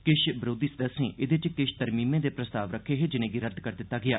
किश बरोधी सदस्यें एह्दे च किश तरमीमें दे प्रस्ताव रक्खे हे जिनें' गी रद्द करी दिता गेआ